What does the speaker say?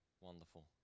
wonderful